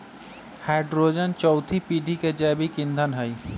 hydrogen चउथी पीढ़ी के जैविक ईंधन हई